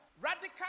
radical